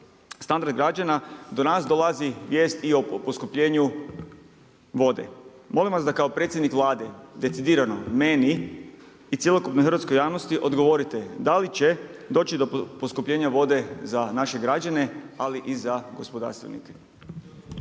standard građana do nas dolazi vijest i i o poskupljenju vode. Molim vas da i kao predsjednik Vlade decidirano meni i cjelokupnoj hrvatskoj javnosti odgovorite d ali će doći do poskupljenja vode za naše građane, ali i za gospodarstvenike.